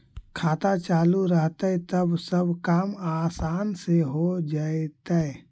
खाता चालु रहतैय तब सब काम आसान से हो जैतैय?